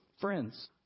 friends